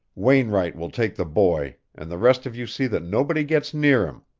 wainwright will take the boy, and the rest of you see that nobody gets near him.